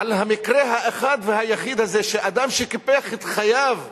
על המקרה האחד והיחיד הזה של אדם שקיפח את חייו,